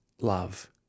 love